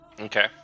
Okay